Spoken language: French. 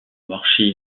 marché